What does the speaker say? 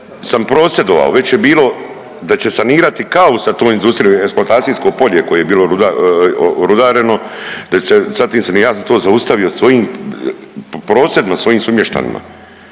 sam prosvjedovao. Već je bilo da će sanirati …/Govornik se ne razumije./… sa tom industrijom, eksploatacijsko polje koje je bilo rudareno. Ja sam to zaustavio svojim prosvjedima, svojim sumještanima.